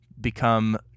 become